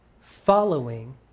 following